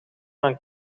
dan